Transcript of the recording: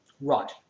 Right